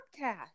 podcast